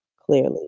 clearly